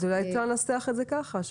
אז אולי אפשר לנסח את זה בצורה